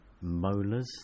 molars